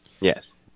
Yes